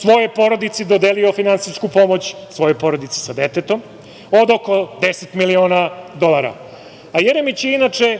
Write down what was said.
svojoj porodici dodelio finansijsku pomoć, svojoj porodici sa detetom, od oko 10 miliona dolara. Jeremić je inače